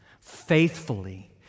faithfully